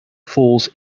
falls